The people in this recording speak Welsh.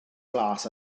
glas